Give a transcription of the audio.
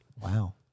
Wow